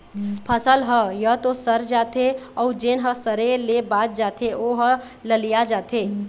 फसल ह य तो सर जाथे अउ जेन ह सरे ले बाच जाथे ओ ह ललिया जाथे